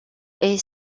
est